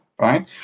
Right